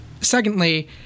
Secondly